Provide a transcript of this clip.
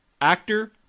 actor